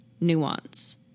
nuance